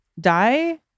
die